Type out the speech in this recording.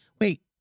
Wait